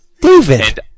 David